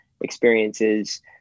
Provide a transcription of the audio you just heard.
experiences